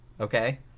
okay